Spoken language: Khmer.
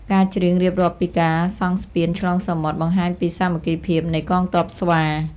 ការច្រៀងរៀបរាប់ពីការសង់ស្ពានឆ្លងសមុទ្រ បង្ហាញពីសាមគ្គីភាពនៃកងទ័ពស្វា។